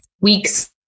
weeks